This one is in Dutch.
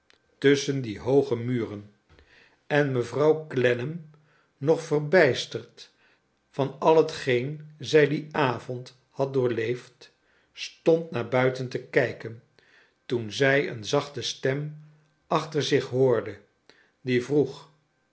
tusschen die hooge muren en mevrouw clennam nog verbijsterd van al hetgeen zij dien avond avond had doorleefd stond naar buiten te kijken toen zij een zachte stem achter zich hoorde die vroeg